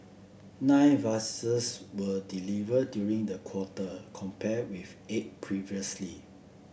nine vessels were deliver during the quarter compare with eight previously